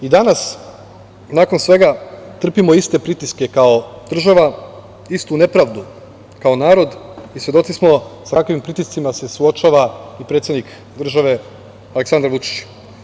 I danas, nakon svega trpimo iste pritiske kao država, istu nepravdu kao narod, i svedoci smo sa kakvim pritiscima se suočava i predsednik države Aleksandar Vučić.